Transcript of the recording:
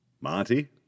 Monty